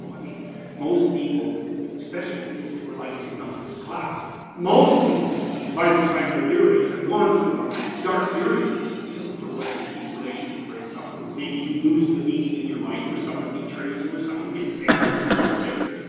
i mean most people especially the people who are more likely to come to this class most people, by the time they're your age, have gone through a dark period or two you know for whatever reason. relationship breaks up or maybe you lose the meaning in your life or someone betrays you or someone gets sick or you get sick or,